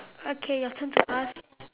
okay your turn to ask